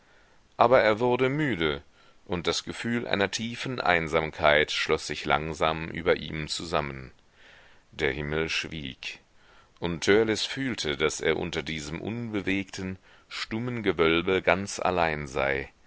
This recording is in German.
aber er wurde müde und das gefühl einer tiefen einsamkeit schloß sich langsam über ihm zusammen der himmel schwieg und törleß fühlte daß er unter diesem unbewegten stummen gewölbe ganz allein sei